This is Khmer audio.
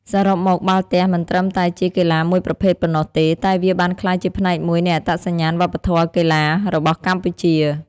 សរុបមក បាល់ទះមិនត្រឹមតែជាកីឡាមួយប្រភេទប៉ុណ្ណោះទេ តែវាបានក្លាយជាផ្នែកមួយនៃអត្តសញ្ញាណវប្បធម៌កីឡារបស់កម្ពុជា។